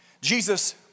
Jesus